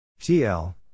TL